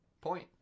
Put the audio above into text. point